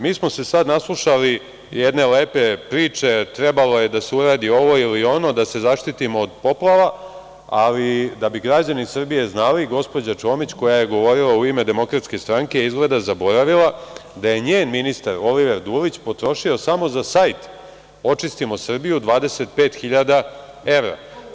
Mi smo se sad naslušali jedne lepe priče, trebalo je da se uradi ovo ili ono, da se zaštitimo od poplava, ali da bi građani Srbije znali, gospođa Čomić koja je govorila u ime Demokratske stranke izgleda da je zaboravila da je njen ministar Oliver Dulić potrošio samo za sajt „Očistimo Srbiju“ 25 hiljada evra.